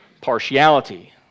partiality